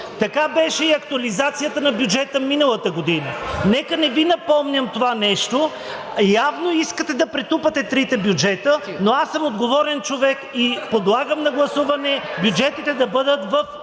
Така беше и актуализацията на бюджета миналата година. Нека не Ви напомням това нещо. Явно искате да претупате трите бюджета, но аз съм отговорен човек и подлагам на гласуване бюджетите да бъдат разделени